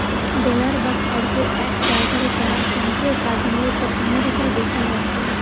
বেলার বা খড়কে এক জায়গারে করার যন্ত্রের কাজ মূলতঃ আমেরিকায় বেশি হয়